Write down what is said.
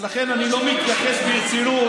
ולכן אני לא מתייחס ברצינות.